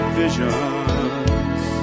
visions